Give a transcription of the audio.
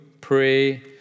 pray